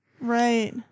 Right